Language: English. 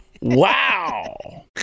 Wow